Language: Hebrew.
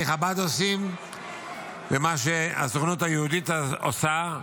חב"ד עושים ומה שהסוכנות היהודית עושה,